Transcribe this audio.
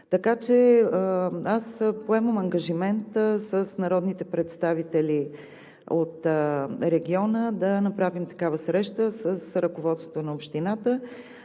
Така че аз поемам ангажимента с народните представители от региона да направим такава среща с ръководството на общината.